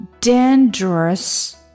dangerous